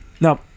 No